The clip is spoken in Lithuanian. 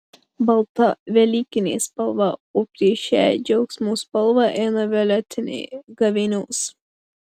balta velykinė spalva o prieš šią džiaugsmo spalvą eina violetinė gavėnios